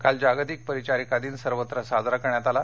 काल जागतिक परिचारिका दिन सर्वत्र साजरा करण्यात आला